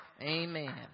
Amen